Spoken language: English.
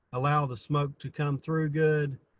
allow the smoke to come through good.